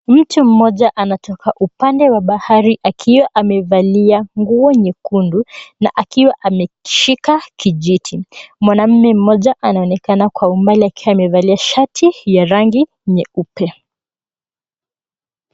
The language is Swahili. Mtu mmoja anatoka upande wa bahari akiwa amevalia nguo nyekundu na akiwa ameshika kijiti. Mwanamme mmoja anaonekana kwa umbali akiwa amevalia shati ya rangi nyeupe.